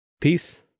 Peace